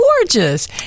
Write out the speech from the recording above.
Gorgeous